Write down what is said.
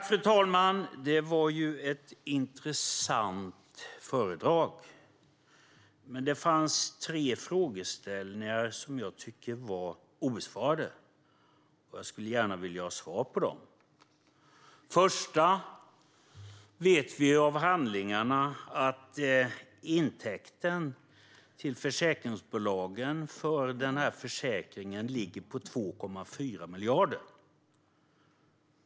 Fru talman! Det var ett intressant föredrag, men det finns tre frågeställningar som jag tycker lämnades obesvarade. Jag skulle gärna vilja ha svar på dem. För det första vet vi av handlingarna att intäkten till försäkringsbolagen för den här försäkringen ligger på 2,4 miljarder.